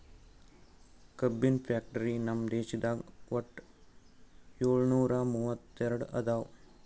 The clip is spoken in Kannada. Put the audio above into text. ಕಬ್ಬಿನ್ ಫ್ಯಾಕ್ಟರಿ ನಮ್ ದೇಶದಾಗ್ ವಟ್ಟ್ ಯೋಳ್ನೂರಾ ಮೂವತ್ತೆರಡು ಅದಾವ್